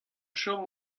chom